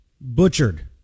butchered